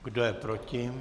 Kdo je proti?